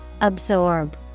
Absorb